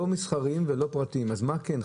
לא מסחריים ולא פרטיים, אז מה כן?